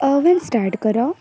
oven start କର